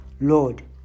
Lord